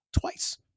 twice